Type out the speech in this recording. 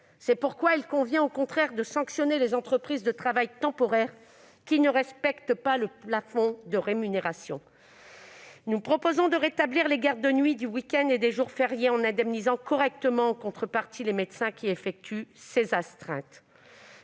financières. Il conviendrait au contraire de sanctionner les entreprises de travail temporaire qui ne respectent pas le plafond de rémunération. Nous proposons de rétablir les gardes de nuit, du week-end et des jours fériés, en indemnisant correctement les médecins qui effectuent ces astreintes.